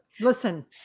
listen